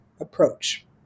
approach